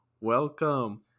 welcome